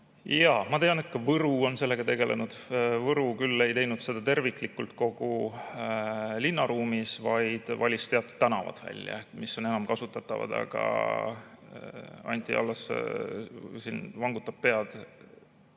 Jaa, ma tean, et ka Võru on sellega tegelenud. Võru küll ei teinud seda terviklikult kogu linnaruumis, vaid valis teatud tänavad välja, mis on enam kasutatavad. Anti Allas vangutab pead,